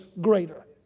greater